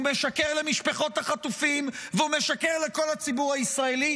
הוא משקר למשפחות החטופים והוא משקר לכל הציבור הישראלי,